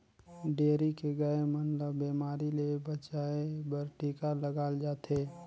dairy के गाय मन ल बेमारी ले बचाये बर टिका लगाल जाथे